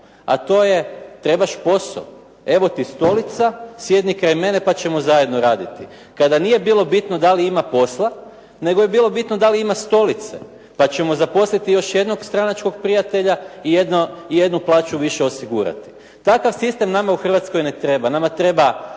A to je, trebaš posao? Evo ti stolica, sjedni kraj mene, pa ćemo zajedno raditi. Kada nije bilo bitno da li ima posla, nego je bilo bitno da li ima stolice. Pa ćemo zaposliti još jednog stranačkog prijatelja i jednu plaću više osigurati. Takav sistem u nama u Hrvatskoj treba. Nama treba